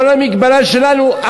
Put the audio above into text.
כל המגבלה שלנו,